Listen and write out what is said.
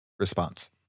response